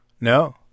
No